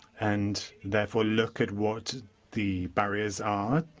and therefore looking at what the barriers are?